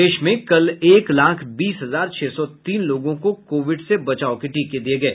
प्रदेश में कल एक लाख बीस हजार छह सौ तीन लोगों को कोविड से बचाव के टीके दिये गये